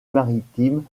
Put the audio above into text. maritime